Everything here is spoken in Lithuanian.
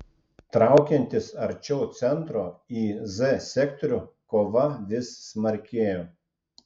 traukiantis arčiau centro į z sektorių kova vis smarkėjo